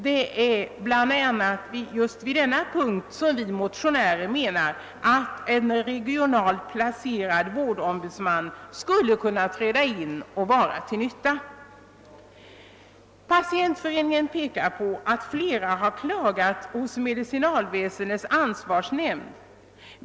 Det är bl.a. i sådana sammanhang, menar vi motionärer, som en regionalt placerad vårdombudsman skulle kunna träda till och vara till nytta. Patientföreningen pekar på att flera har klagat hos medicinalväsendets ansvarsnämnd.